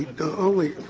only